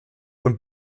und